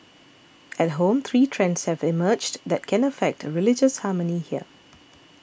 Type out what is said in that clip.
at home three trends have emerged that can affect religious harmony here